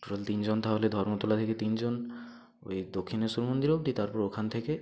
total তিন জন তাহলে ধর্মতলা থেকে তিন জন ওই দক্ষিণেশ্বর মন্দির অবধি তারপর ওখান থেকে